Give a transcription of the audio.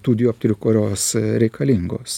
tų dioptrijų kurios reikalingos